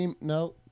No